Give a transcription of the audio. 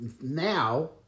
now